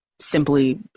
simply